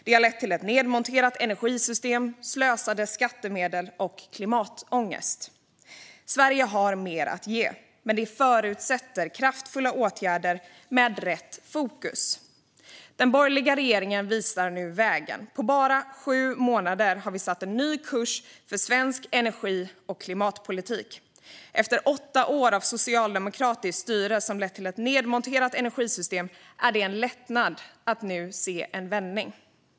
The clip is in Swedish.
Det har lett till ett nedmonterat energisystem, slösade skattemedel och klimatångest. Sverige har mer att ge, men det förutsätter kraftfulla åtgärder med rätt fokus. Den borgerliga regeringen visar nu vägen. På bara sju månader har vi tagit ut en ny kurs för svensk energi och klimatpolitik. Efter åtta år av socialdemokratiskt styre, vilket lett till ett nedmonterat energisystem, är det en lättnad att nu se en vändning.